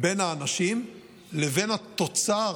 בין האנשים לבין התוצר